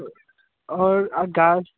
और अगर